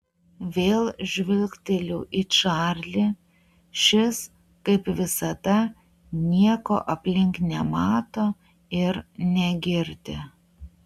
vėl žvilgteliu į čarlį šis kaip visada nieko aplink nemato ir negirdi